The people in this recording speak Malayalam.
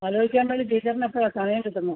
ആലോചിക്കാൻ വേണ്ടി ടീച്ചറിന് എപ്പോഴാണ് സമയം കിട്ടുന്നു